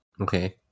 Okay